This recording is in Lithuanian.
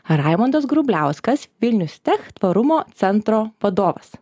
raimundas grubliauskas vilnius tech tvarumo centro vadovas